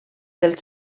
del